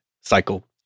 cycle